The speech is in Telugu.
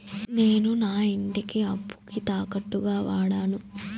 నేను నా ఇంటిని అప్పుకి తాకట్టుగా వాడాను